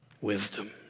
wisdom